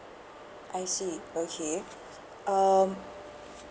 I see okay um